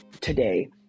today